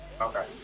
Okay